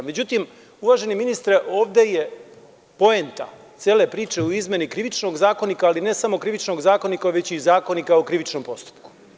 Međutim, uvaženi ministre ovde je poenta cela priče u izmeni Krivičnog zakonika, ali ne samo Krivičnog zakonika, već i Zakonika o krivičnom postupku.